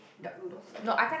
duck noodles okay